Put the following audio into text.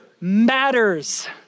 matters